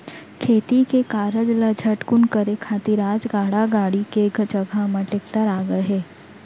खेती के कारज ल झटकुन करे खातिर आज गाड़ा गाड़ी के जघा म टेक्टर आ गए हे